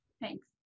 Thanks